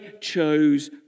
chose